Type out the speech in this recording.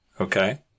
okay